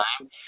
time